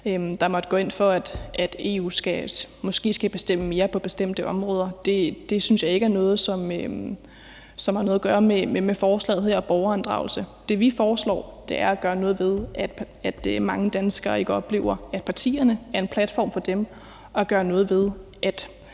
der måtte gå ind for, at EU måske skal bestemme mere på bestemte områder, synes jeg ikke er noget, som har noget med forslaget her og med borgerinddragelse at gøre. Det, vi foreslår, er at gøre noget ved, at mange danskere ikke oplever, at partierne er en platform for dem, og gøre noget ved, at